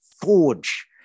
forge